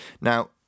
Now